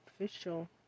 official